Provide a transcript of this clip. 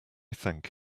thank